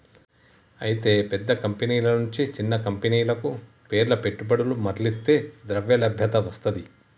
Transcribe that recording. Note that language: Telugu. అయితే పెద్ద కంపెనీల నుంచి చిన్న కంపెనీలకు పేర్ల పెట్టుబడులు మర్లిస్తే ద్రవ్యలభ్యత వస్తది